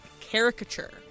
caricature